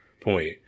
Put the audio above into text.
point